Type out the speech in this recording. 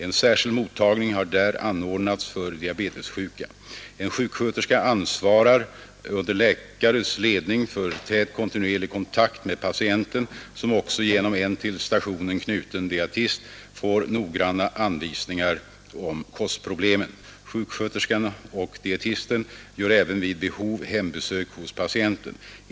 En särskild mottagning har där anordnats för diabetessjuka. En sjuksköterska ansvarar under läkares ledning för tät kontinuerlig kontakt med patienten, som också genom en till stationen knuten dietist får noggranna anvisningar om kostproblemen. Sjuksköterskan och dietisten gör även vid behov hembesök hos patienten.